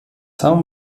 haben